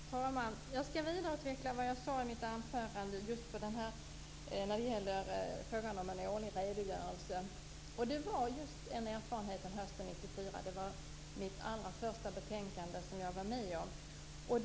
Herr talman! Jag skall vidareutveckla vad jag sade i mitt anförande just när det gäller frågan om en årlig redogörelse. Den gäller just erfarenheten från hösten 1994. Det var det allra första betänkandet som jag var med om.